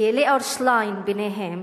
לליאור שליין ביניהם,